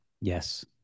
Yes